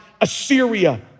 Assyria